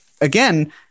again